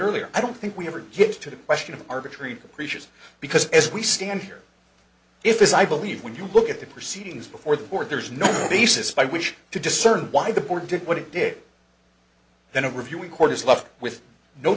earlier i don't think we ever get to the question of arbitrary creatures because as we stand here if as i believe when you look at the proceedings before the board there's no basis i wish to discern why the board did what it did then in reviewing court is left with no